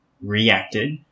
reacted